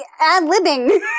ad-libbing